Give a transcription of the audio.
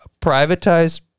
privatized